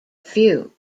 few